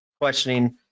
questioning